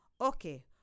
Okay